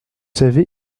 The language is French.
savez